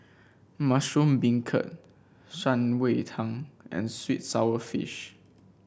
Mushroom Beancurd Shan Rui Tang and sweet sour fish